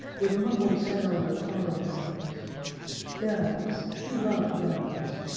with muffled sound of harbor bells bells he loved bells!